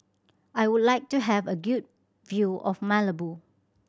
I would like to have a good view of Malabo